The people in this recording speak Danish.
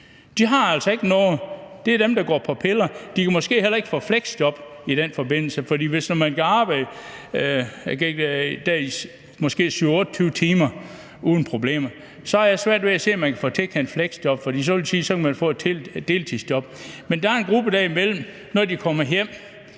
– har altså ikke noget. Det er dem, der er på piller. Og de kan måske heller ikke få fleksjob i den forbindelse, for hvis man kan arbejde måske 27-28 timer uden problemer, har jeg svært ved at se, at man kan få tilkendt fleksjob, for så vil de sige, at så kan man få et deltidsjob. Men der er en gruppe derimellem, og når de kommer hjem,